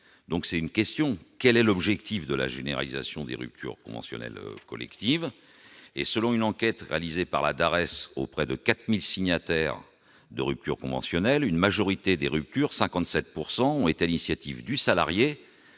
donc c'est une question : quel est l'objectif de la généralisation des ruptures conventionnelles collectives et selon une enquête réalisée par la Dares s auprès de 4000 signataires de rupture conventionnelle, une majorité des ruptures 57 pourcent, on est à l'initiative du salarié